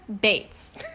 Bates